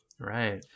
right